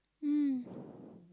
mm